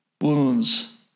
wounds